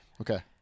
Okay